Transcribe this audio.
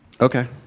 Okay